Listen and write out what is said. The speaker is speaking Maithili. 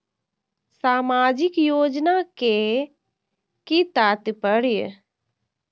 सामाजिक योजना के कि तात्पर्य?